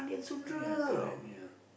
ya current you know